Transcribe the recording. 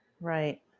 Right